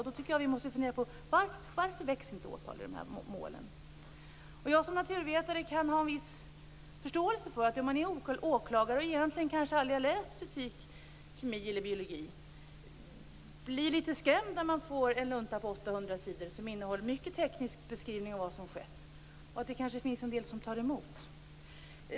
Då måste vi fundera på varför åtal inte väcks i de här målen. Jag som naturvetare kan ha en viss förståelse för att en åklagare som kanske aldrig har läst fysik, kemi eller biologi blir litet skrämd när han eller hon får en lunta på 800 sidor som innehåller mycket teknisk beskrivning av vad som skett. Det kanske då tar emot.